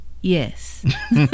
Yes